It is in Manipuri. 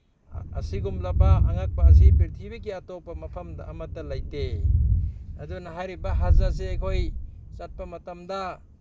ꯑꯁꯤꯒꯨꯝꯂꯕ ꯑꯉꯛꯄ ꯑꯁꯤ ꯄ꯭ꯔꯤꯊꯤꯕꯤꯒꯤ ꯑꯇꯣꯞꯄ ꯃꯐꯝ ꯑꯃꯠꯇ ꯂꯩꯇꯦ ꯑꯗꯨꯅ ꯍꯥꯏꯔꯤꯕ ꯍꯁ ꯑꯁꯤ ꯑꯩꯈꯣꯏ ꯆꯠꯄ ꯃꯇꯝꯗ